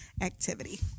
activity